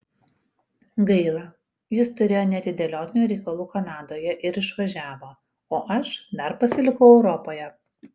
gaila jis turėjo neatidėliotinų reikalų kanadoje ir išvažiavo o aš dar pasilikau europoje